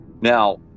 now